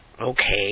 okay